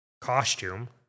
costume